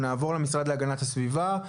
נעבור למשרד להגנת הסביבה.